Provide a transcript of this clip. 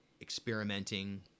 experimenting